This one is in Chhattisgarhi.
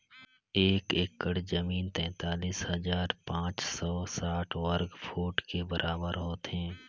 एक एकड़ जमीन तैंतालीस हजार पांच सौ साठ वर्ग फुट के बराबर होथे